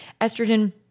Estrogen